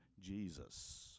Jesus